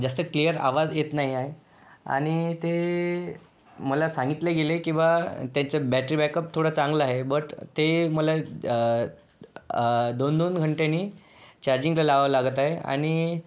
जास्त क्लियर आवाज येत नाही आहे आणि ते मला सांगितले गेले की बा त्याचा बॅटरी बॅकअप थोडा चांगला आहे बट ते मला दोन दोन घंटेनी चार्जिंगला लावावा लागत आहे आणि